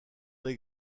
des